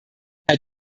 herr